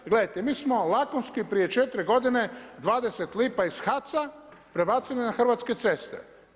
Jer gledajte mi smo lakonski prije 4 godine 20 lipa ih HAC-a prebacili na Hrvatske ceste.